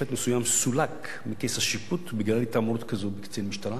לכך ששופט מסוים סולק מכס השיפוט בגלל התעמרות כזו בקצין משטרה